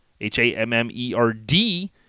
H-A-M-M-E-R-D